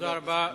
תודה רבה.